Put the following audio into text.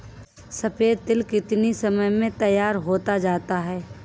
सफेद तिल कितनी समय में तैयार होता जाता है?